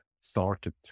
started